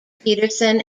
pedersen